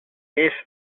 beef